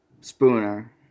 Spooner